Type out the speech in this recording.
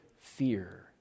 fear